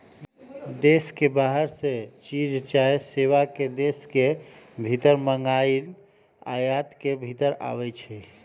देश के बाहर से चीज चाहे सेवा के देश के भीतर मागनाइ आयात के भितर आबै छइ